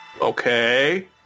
Okay